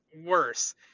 worse